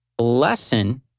lesson